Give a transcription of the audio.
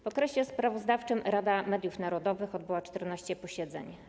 W okresie sprawozdawczym Rada Mediów Narodowych odbyła 14 posiedzeń.